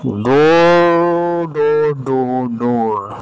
দৌ দৌৰ দৌৰ দৌৰ